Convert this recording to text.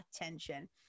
attention